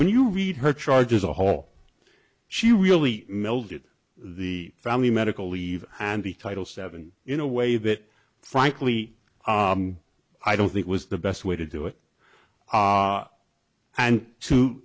when you read her charges a whole she really melded the family medical leave and the title seven in a way that frankly i don't think was the best way to do it and to